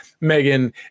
Megan